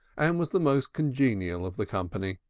and was the most congenial of the company.